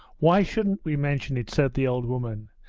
why shouldn't we mention it said the old woman.